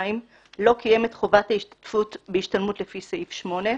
לא קיים את חובת ההשתתפות בהשתלמויות לפי סעיף 8,